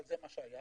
אבל זה מה שהיה,